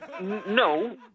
No